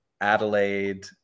Adelaide